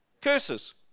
curses